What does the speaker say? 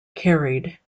carried